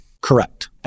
Correct